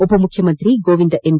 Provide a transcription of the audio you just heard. ಉಪಮುಖ್ಯಮಂತ್ರಿ ಗೋವಿಂದ ಎಂ